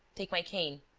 take my cane,